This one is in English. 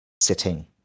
sitting